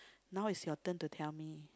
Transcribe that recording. now is your turn to tell me